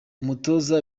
umutoza